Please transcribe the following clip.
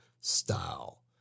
style